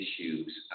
issues